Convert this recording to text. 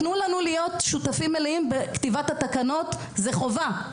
תנו לנו להיות שותפים מלאים בכתיבת התקנות זו חובה,